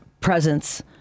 presence